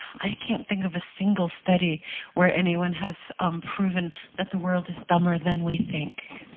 i can't think of a single study where anyone has um proven that the world is dumber than we think.